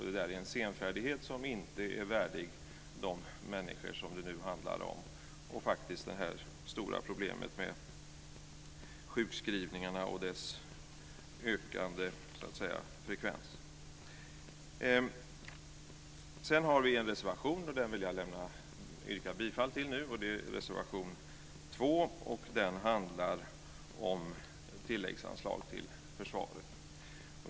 Det är en senfärdighet som inte är värdig de människor som det nu handlar om, och det stora problemet med sjukskrivningarna och deras ökande frekvens. Sedan har vi en reservation, som jag vill yrka bifall till nu. Det är reservation 2, som handlar om tilläggsanslag till försvaret.